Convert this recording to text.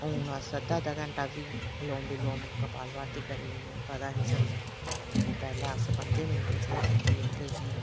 हून अस अद्धा अद्धा घंटा बी अलोम विलोम कपाल भारती करी ओड़ने पता निं चलदा लेकन पैह्लें अस पंजें मिंटें च गै थक्की जंदे हे